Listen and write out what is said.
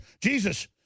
Jesus